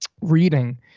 reading